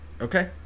okay